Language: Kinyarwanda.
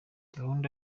gahunda